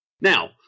Now